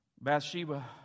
Bathsheba